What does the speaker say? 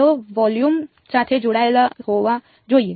તેઓ વોલ્યુમ સાથે જોડાયેલા હોવા જોઈએ